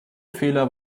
fehler